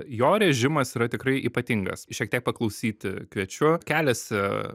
jo režimas yra tikrai ypatingas šiek tiek paklausyti kviečiu keliasi